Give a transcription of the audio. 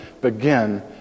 begin